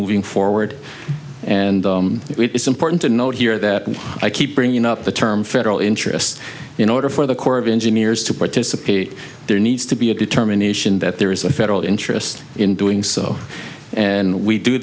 moving forward and it's important to note here that i keep bringing up the term federal interest in order for the corps of engineers to participate there needs to be a determination that there is a federal interest in doing so and we do